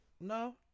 no